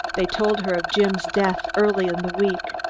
they told her of jim's death early in the week,